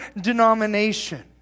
denomination